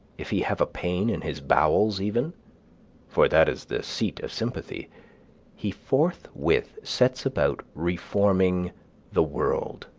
if he have a pain in his bowels even for that is the seat of sympathy he forthwith sets about reforming the world.